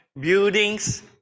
buildings